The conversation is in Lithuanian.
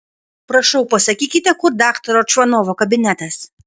prašau pasakykite kur daktaro čvanovo kabinetas